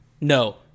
No